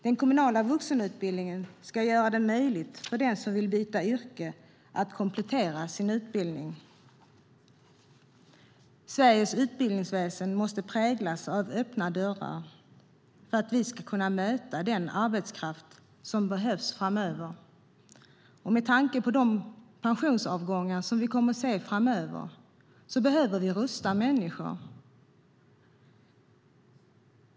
Den kommunala vuxenutbildningen ska göra det möjligt för den som vill byta yrke att komplettera sin utbildning. Sveriges utbildningsväsen måste präglas av öppna dörrar för att vi ska kunna möta arbetskraftsbehovet framöver. Med tanke på kommande pensionsavgångar behöver vi rusta människor.